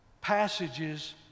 passages